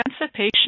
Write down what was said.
emancipation